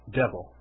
devil